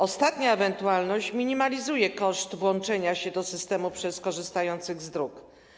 Ostatnia ewentualność minimalizuje koszt włączenia się do systemu przez korzystających z dróg.